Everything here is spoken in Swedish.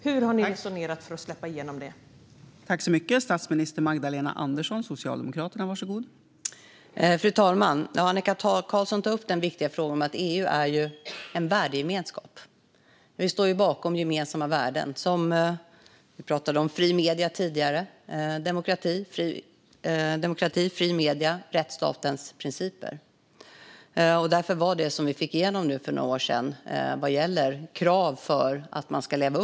Hur har ni resonerat för att släppa igenom det, Magdalena Andersson?